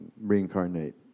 reincarnate